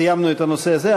סיימנו את הנושא הזה.